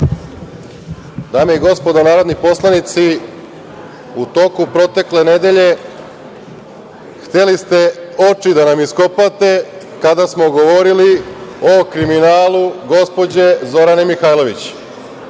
Dame i gospodo narodni poslanici, u toku protekle nedelje hteli ste oči da nam iskopate kada smo govorili o kriminalu gospođe Zorane Mihajlović. Juče